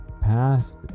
past